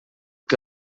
que